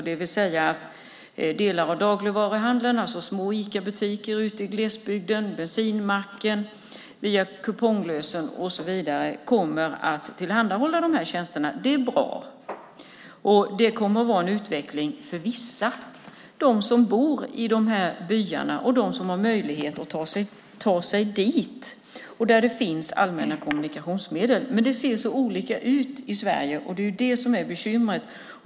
Det är alltså delar av dagligvaruhandeln - små Icabutiker ute i glesbygden, bensinmacken via Kuponginlösen och så vidare - som kommer att tillhandahålla de här tjänsterna. Det är bra. Det kommer att vara en utveckling för vissa - de som bor i de här byarna, de som har möjlighet att ta sig dit och där det finns allmänna kommunikationsmedel. Men det ser så olika ut i Sverige, och det är det som är bekymret.